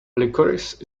licorice